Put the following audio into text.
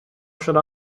should